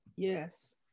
Yes